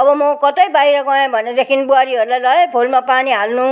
अब म कतै बाहिर गएँ भनेदेखि बुहारीहरूलाई ल है फुलमा पानी हाल्नु